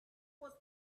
was